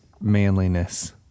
manliness